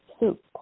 soup